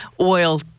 oil